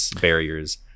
barriers